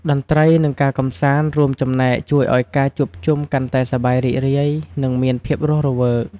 តន្ត្រី និង ការកម្សាន្តរួមចំណែកជួយឱ្យការជួបជុំកាន់តែសប្បាយរីករាយ និង មានភាពរស់រវើក។